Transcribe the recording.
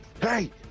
Hey